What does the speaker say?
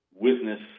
witness